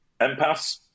empaths